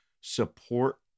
support